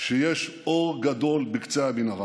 שיש אור גדול בקצה המנהרה.